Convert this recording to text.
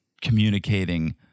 communicating